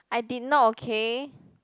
I did not okay